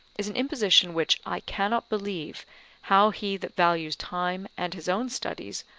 is an imposition which i cannot believe how he that values time and his own studies,